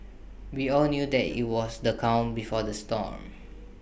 we all knew that IT was the calm before the storm